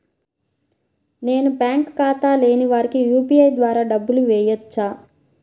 నేను బ్యాంక్ ఖాతా లేని వారికి యూ.పీ.ఐ ద్వారా డబ్బులు వేయచ్చా?